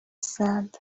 sand